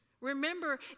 Remember